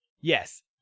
yes